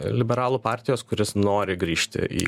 liberalų partijos kuris nori grįžti į